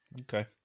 Okay